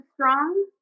strong